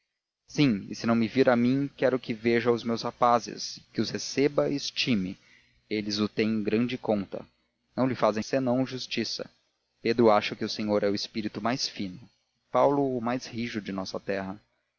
sim e se me não vir a mim quero que veja os meus rapazes que os receba e estime eles o têm em grande conta não lhe fazem senão justiça pedro acha que o senhor é o espírito mais fino e paulo o mais rijo da nossa terra